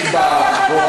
זה מה, אז אני קיבלתי החלטה.